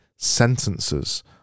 sentences